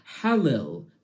hallel